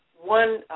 one